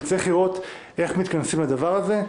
וצריך לראות איך מתכנסים לדבר הזה.